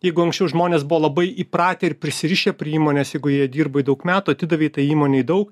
jeigu anksčiau žmonės buvo labai įpratę ir prisirišę prie įmonės jeigu joje dirbai daug metų atidavei tai įmonei daug